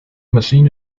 machine